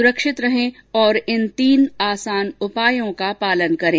सुरक्षित रहें और इन तीन आसान उपायों का पालन करें